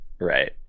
Right